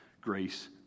Grace